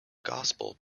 gospel